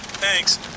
Thanks